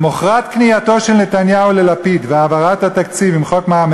למחרת כניעתו של נתניהו ללפיד והעברת התקציב עם חוק מע"מ